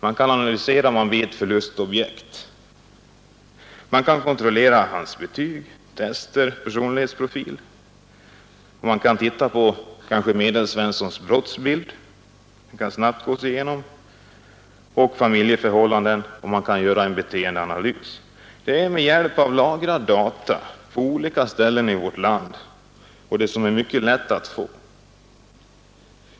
Man kan analysera om man vet förlustobjekt. Man kan kontrollera hans betyg, tester, personlighetsprofil. Man kan kanske titta på Medelsvenssons brottsbild — den kan snabbt gås igenom — och familjeförhållanden, och man kan göra en beteendeanalys. Det är med hjälp av på olika ställen i vårt land lagrade data som är mycket lätta att få, som detta sker.